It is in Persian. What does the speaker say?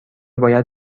باید